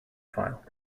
file